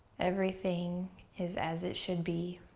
everything is as it should be.